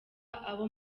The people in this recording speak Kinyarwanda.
abo